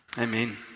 Amen